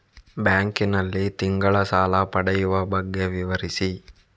Bank ನಲ್ಲಿ ತಿಂಗಳ ಸಾಲ ಪಡೆಯುವ ಬಗ್ಗೆ ವಿವರಿಸಿ?